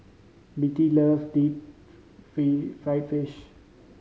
Betty loves deep fried fish